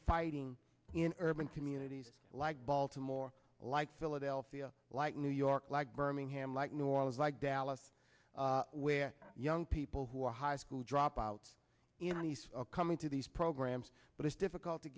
fighting in urban communities like baltimore like philadelphia like new york like birmingham like nora's like dallas where young people who are high school dropouts you know nice coming to these programs but it's difficult to